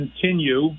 continue